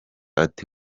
ati